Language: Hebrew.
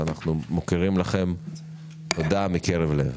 ואנחנו מוקירים לכם תודה מקרב לב.